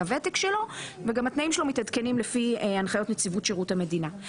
הוותק שלו וגם התנאים שלו מתעדכנים לפי הנחיות נציבות שירות המדינה.